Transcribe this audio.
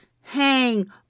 hang